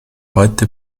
heute